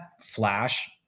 Flash